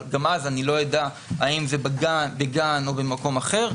אבל גם אז אני לא אדע האם זה בגן או במקום אחר.